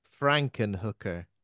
Frankenhooker